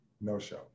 no-show